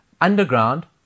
Underground